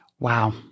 Wow